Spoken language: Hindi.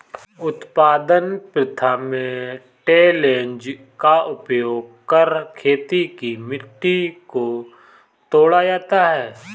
उत्पादन प्रथा में टिलेज़ का उपयोग कर खेत की मिट्टी को तोड़ा जाता है